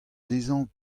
dezhañ